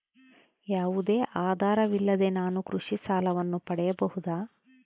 ಯಾವುದೇ ಆಧಾರವಿಲ್ಲದೆ ನಾನು ಕೃಷಿ ಸಾಲವನ್ನು ಪಡೆಯಬಹುದಾ?